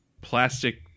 plastic